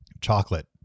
chocolate